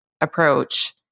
approach